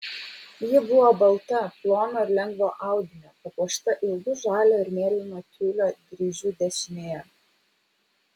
ji buvo balta plono ir lengvo audinio papuošta ilgu žalio ir mėlyno tiulio dryžiu dešinėje